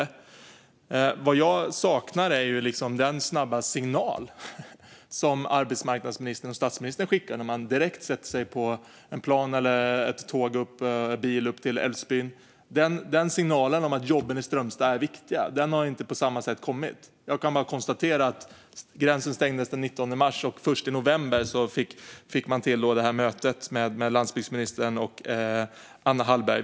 Det som jag saknar är en sådan snabb signal som arbetsmarknadsministern och statsministern skickade när de direkt satte sig på ett plan, ett tåg eller en bil upp till Älvsbyn. Signalen att jobben i Strömstad är viktiga har inte kommit på samma sätt. Jag kan konstatera att gränsen stängdes den 19 mars och att man först i november fick till mötet med landsbygdsministern och Anna Hallberg.